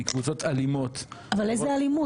עם קבוצות אלימות --- איזה אלימות?